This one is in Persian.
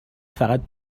فقط